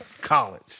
College